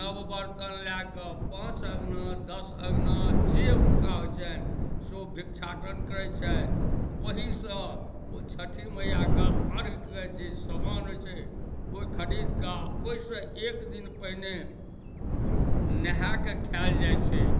नव बर्तन लए कऽ पाँच अँगना दश अँगना जे हुनका होइत छनि से ओ भीक्षाटन करैत छथि ओहिसँ ओ छठि मैया कऽ अर्घके जे समान होइत छै ओ खरीद कऽ ओहिसँ एक दिन पहिने नहाए कऽ खाएल जाइत छै